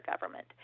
government